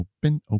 open